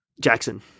Jackson